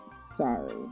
sorry